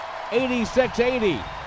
86-80